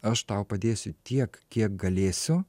aš tau padėsiu tiek kiek galėsiu